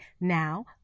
now